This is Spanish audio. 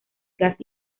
gas